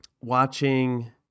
watching